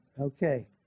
Okay